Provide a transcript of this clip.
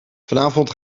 vanavond